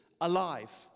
alive